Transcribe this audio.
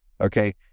okay